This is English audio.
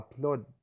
upload